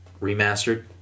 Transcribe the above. remastered